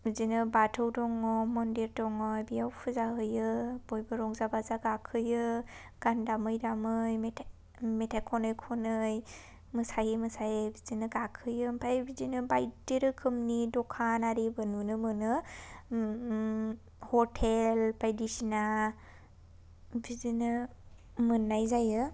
बिदिनो बाथौ दङ मन्दिर दंङ बियाव फुजा हैयो बयबो रंजा बाजा गाखोयो गान दामै दामै मेथाइ मेथाइ खनै खनै मोसायै मोसायै बिदिनो गाखोयो ओमफ्राय बिदिनो बायदि रोखोमनि दखान आरिबो नुनो मोनो ह'टेल बायदिसिना बिदिनो मोननाय जायो